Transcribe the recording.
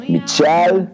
Michel